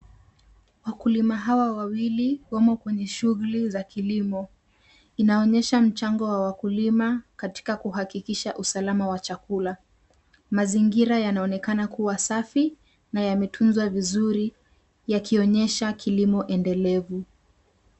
Wakulima hawa wawili wamo kwenye shughuli za kilimo. Inaonyesha mchango wa wakulima katika kuhakikisha usalama wa chakula. Mazingira yanaonekana kuwa safi na yametunzwa vizuri yakionyesha kilimo endelevu.